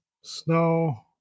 snow